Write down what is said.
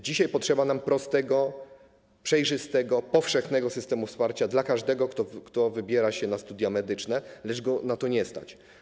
Dzisiaj potrzeba nam prostego, przejrzystego, powszechnego systemu wsparcia dla każdego, kto wybiera się na studia medyczne, lecz go na to nie stać.